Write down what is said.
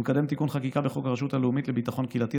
ולקדם תיקון חקיקה בחוק הרשות הלאומית לביטחון קהילתי,